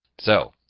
so,